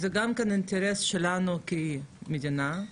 זה גם אינטרס שלנו כמדינה,